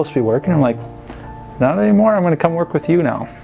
ah be working? i'm like not anymore, i'm going to come work with you now.